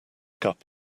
cup